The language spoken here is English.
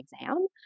exam